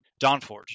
Donforge